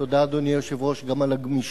תודה, אדוני היושב-ראש, גם על הגמישות.